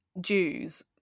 jews